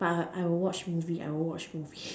but I will watch movie I will watch movie